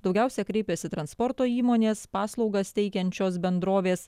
daugiausia kreipėsi transporto įmonės paslaugas teikiančios bendrovės